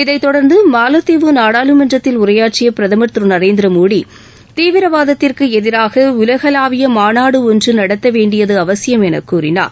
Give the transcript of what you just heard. இதை தொடர்ந்து மாலத்தீவு நாடாளுமன்றத்தில் உரையாற்றிய பிரதமர் திரு நரேந்திர மோடி தீவிரவாதத்திற்கு எதிராக உலகளாவிய மாநாடு ஒன்று நடத்த வேண்டியது அவசியம் என கூறினார்